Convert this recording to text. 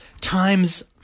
times